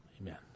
Amen